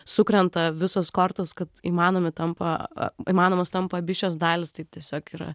sukrenta visos kortos kad įmanomi tampa įmanomos tampa abi šios dalys tai tiesiog yra